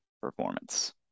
performance